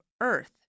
earth